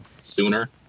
sooner